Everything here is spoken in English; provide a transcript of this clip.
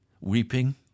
weeping